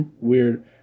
Weird